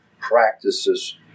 practices